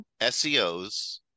SEOs